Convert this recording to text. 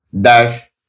dash